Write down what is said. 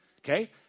Okay